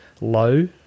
low